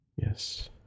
Yes